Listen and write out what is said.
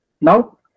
Now